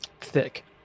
thick